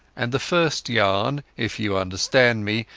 and the first yarn, if you understand me,